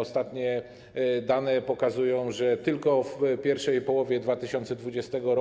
Ostatnie dane pokazują, że tylko w pierwszej połowie 2020 r.